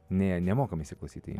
nė nemokam įsiklausyti į